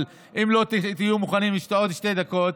אבל אם לא תהיו מוכנים עוד שתי דקות,